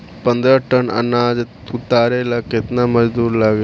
पन्द्रह टन अनाज उतारे ला केतना मजदूर लागी?